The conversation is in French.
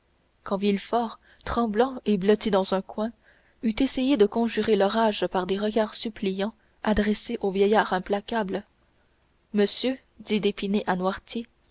quand villefort tremblant et blotti dans un coin eut essayé de conjurer l'orage par des regards suppliants adressés au vieillard implacable monsieur dit d'épinay